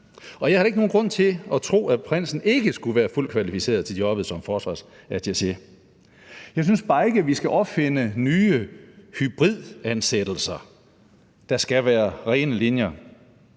jeg har ikke nogen grund til at tro, at prinsen ikke skulle være fuldt kvalificeret til jobbet som forsvarsattaché. Jeg synes bare ikke, vi skal opfinde nye hybridansættelser. Der skal være rene linjer.